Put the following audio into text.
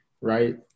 right